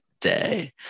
day